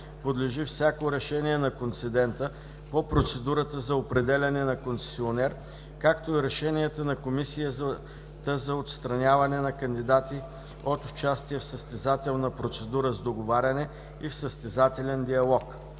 подлежи всяко решение на концедента по процедурата за определяне на концесионер, както и решенията на комисията за отстраняване на кандидати от участие в състезателна процедура с договаряне и в състезателен диалог.